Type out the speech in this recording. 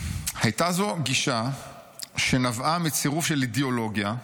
"הייתה זאת גישה שנבעה מצירוף של אידיאולוגיה,